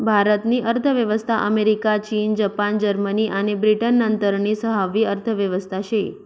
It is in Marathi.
भारत नी अर्थव्यवस्था अमेरिका, चीन, जपान, जर्मनी आणि ब्रिटन नंतरनी सहावी अर्थव्यवस्था शे